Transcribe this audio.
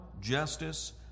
justice